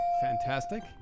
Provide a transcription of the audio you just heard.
fantastic